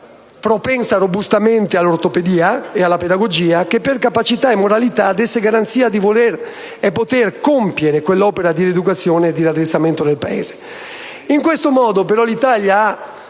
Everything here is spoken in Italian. propensa robustamente all'ortopedia e alla pedagogia - che per capacità e moralità desse garanzia di voler e poter compiere quell'opera di rieducazione e di raddrizzamento del Paese. In questo modo, però, l'Italia ha